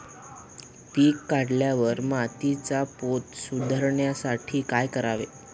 पीक काढल्यावर मातीचा पोत सुधारण्यासाठी काय करावे?